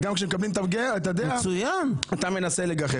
אז גם כשמקבלים את הדעה אתה מנסה לגחך.